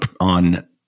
on